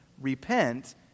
repent